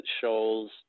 Shoals